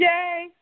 Yay